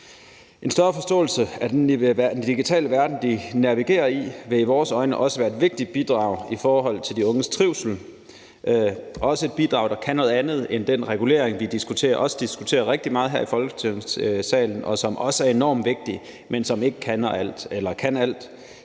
En større forståelse af den digitale verden, de navigeret i, vil i vores øjne også være et vigtigt bidrag i forhold til de unges trivsel, og det vil også være et bidrag, der kan noget andet end den regulering, vi også diskuterer rigtig meget her i Folketingssalen, og som også er enormt vigtig, men som ikke kan alt. Det handler